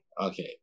Okay